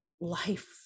life